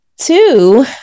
Two